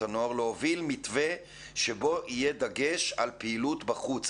הנוער מתווה שבו יהיה דגש על פעילות בחוץ?